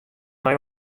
nei